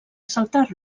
assaltar